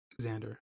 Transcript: xander